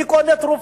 מי קונה תרופות?